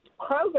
Kroger